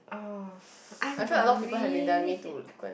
oh I'm really